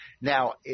Now